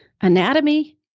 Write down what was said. anatomy